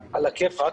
בסדר,